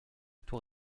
tour